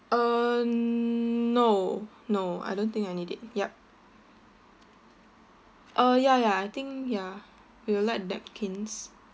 uh no no I don't think I need it yup uh ya ya I think ya we will like napkins